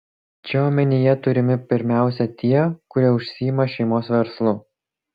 čia omenyje turimi pirmiausia tie kurie užsiima šeimos verslu